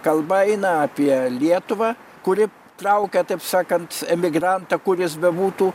kalba eina apie lietuvą kuri traukia taip sakant emigrantą kur jis bebūtų